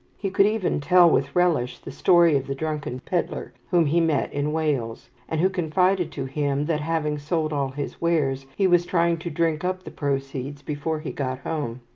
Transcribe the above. he could even tell with relish the story of the drunken pedlar whom he met in wales, and who confided to him that, having sold all his wares, he was trying to drink up the proceeds before he got home,